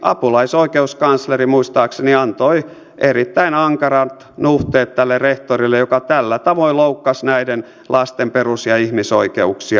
apulaisoikeuskansleri muistaakseni antoi erittäin ankarat nuhteet tälle rehtorille joka tällä tavoin loukkasi näiden lasten perus ja ihmisoikeuksia